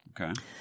Okay